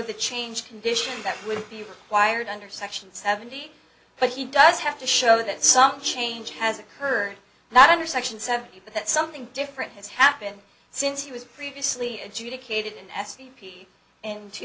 the change condition that would be required under section seventy but he does have to show that some change has occurred not under section seventy but that something different has happened since he was previously adjudicated in s t p in two